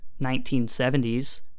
1970s